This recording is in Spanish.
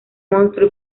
monstruo